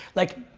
like,